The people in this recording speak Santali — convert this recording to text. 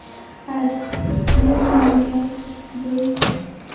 ᱟᱨ ᱱᱤᱭᱟᱹᱜᱤᱧ ᱢᱮᱱᱮᱫᱼᱟ ᱡᱮ